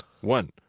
One